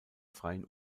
freien